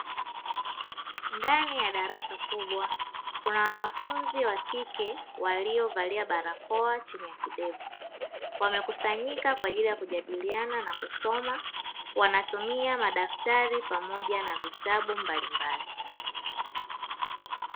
Ndani ya darasa kubwa kuna wanafunzi wakike waliovalia barakao chini ya kidevu, wamekusanyika kwa ajili ya kujadiliana na kusoma wanatumia madaftari pamoja na vitabu mbalimbali.